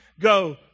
go